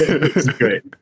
Great